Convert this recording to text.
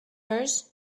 hers